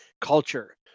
culture